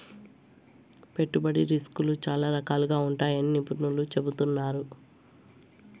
పెట్టుబడి రిస్కులు చాలా రకాలుగా ఉంటాయని నిపుణులు చెబుతున్నారు